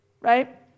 right